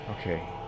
okay